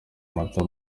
amata